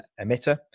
emitter